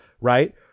right